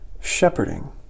shepherding